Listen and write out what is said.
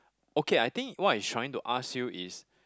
okay I think what it's trying to ask you is